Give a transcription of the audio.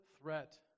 threat